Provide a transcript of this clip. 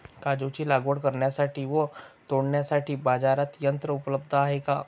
काजूची लागवड करण्यासाठी व तोडण्यासाठी बाजारात यंत्र उपलब्ध आहे का?